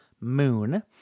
Moon